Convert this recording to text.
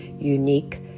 unique